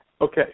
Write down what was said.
Okay